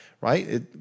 right